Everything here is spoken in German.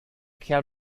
kerl